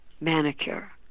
manicure